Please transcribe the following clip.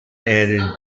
added